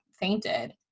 fainted